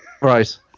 Right